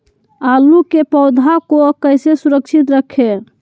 आलू के पौधा को कैसे सुरक्षित रखें?